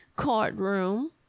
courtroom